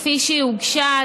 כפי שהוגשה,